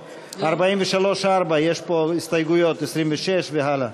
43(4), יש פה הסתייגויות, 26 והלאה.